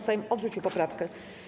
Sejm odrzucił poprawkę.